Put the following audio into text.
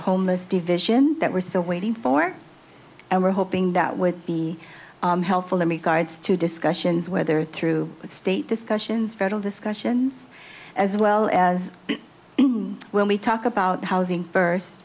homeless division that we're still waiting for and we're hoping that would be helpful in regards to discussions whether through state discussions federal discussions as well as when we talk about the housing burst